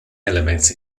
elements